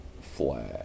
flag